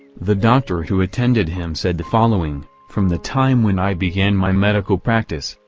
the doctor who attended him said the following, from the time when i began my medical practice,